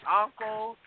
uncle